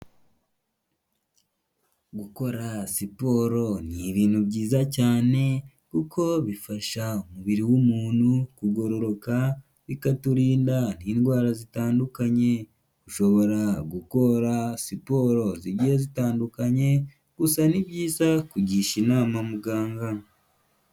Gukora siporo ni ibintu byiza cyane kuko bifasha umubiri w'umuntu kugororoka, bikaturinda indwara zitandukanye. Ushobora gukora siporo zigiye zitandukanye, gusa ni byiza kugisha inama muganga.